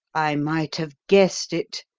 i might have guessed it.